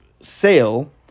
sale